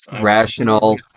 rational